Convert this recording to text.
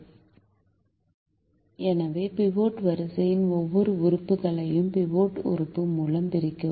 எனவே முதல் வரிசையை மீண்டும் எழுதுகிறோம் எனவே பிவோட் வரிசையின் ஒவ்வொரு உறுப்புகளையும் பிவோட் உறுப்பு மூலம் பிரிக்கவும்